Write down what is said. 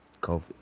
COVID